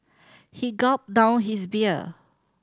he gulped down his beer